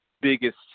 biggest